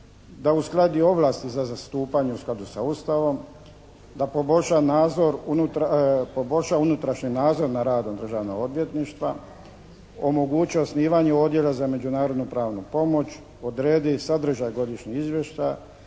Da uskladi ovlasti za zastupanje u skladu sa Ustavom. Da poboljša nadzor, poboljša unutrašnji nadzor nad radom Državnog odvjetništva, omogući osnivanje Odjela za međunarodno-pravnu pomoć. Odredi sadržaj godišnjih izvještaja,